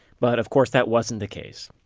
but of course that wasn't the case.